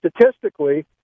statistically